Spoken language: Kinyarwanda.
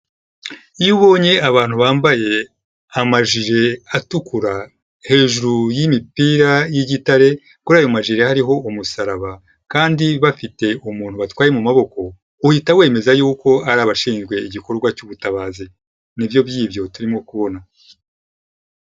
Iyo ubonye abantu bambaye amajire atukura, hejuru y'imipira y'igitare, kuri ayo majeri hariho umusaraba kandi bafite umuntu batwaye mu maboko, uhita wemeza y'uko ari abashinzwe igikorwa cy'ubutabazi. Nibyo by'ibyo turimo kubona.